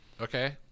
Okay